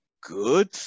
good